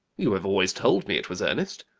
you have always told me it was ernest.